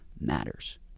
matters